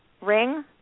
Ring